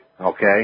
Okay